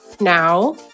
now